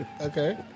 Okay